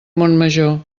montmajor